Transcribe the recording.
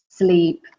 sleep